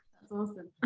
awesome.